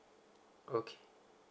okay